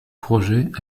projet